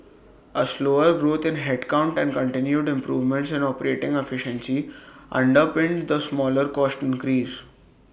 A slower growth in headcount and continued improvements in operating efficiency underpinned the smaller cost increase